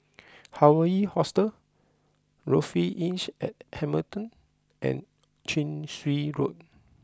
Hawaii Hostel Lofi Inns at Hamilton and Chin Swee Road